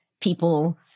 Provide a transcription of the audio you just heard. people